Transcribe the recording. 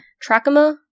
Trachoma